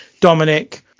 Dominic